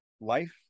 life